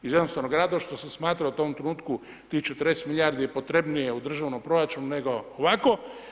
Iz jednostavnog razloga što sam smatrao u tom trenutku tih 40 milijardi je potrebnije u državnom proračunu nego ovako.